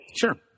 Sure